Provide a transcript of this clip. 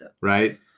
Right